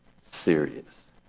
serious